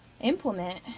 implement